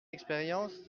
expérience